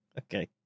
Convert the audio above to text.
Okay